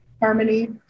harmony